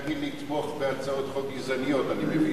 רק אם נתמוך בהצעות חוק גזעניות אני מבין.